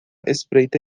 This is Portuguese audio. espreita